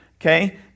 okay